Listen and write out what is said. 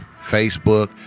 Facebook